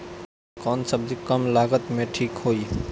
कौन सबजी कम लागत मे ठिक होई?